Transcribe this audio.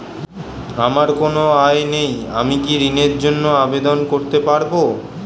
আমার কোনো আয় নেই আমি কি ঋণের জন্য আবেদন করতে পারব?